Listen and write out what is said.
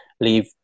leave